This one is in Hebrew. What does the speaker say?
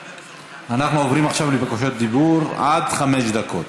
אנחנו עוברים עכשיו לבקשות דיבור, עד חמש דקות.